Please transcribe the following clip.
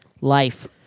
life